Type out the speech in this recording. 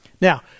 Now